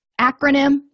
acronym